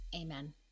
Amen